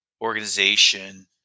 organization